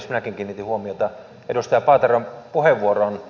minäkin kiinnitin huomiota edustaja paateron puheenvuoroon